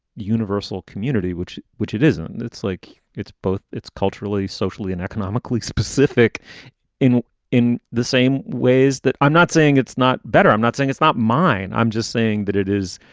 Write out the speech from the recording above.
universal community, which, which it isn't. it's like it's both. it's culturally, socially and economically specific in in the same ways that i'm not saying it's not better. i'm not saying it's not mine. i'm just saying that it is.